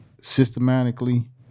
Systematically